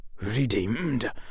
redeemed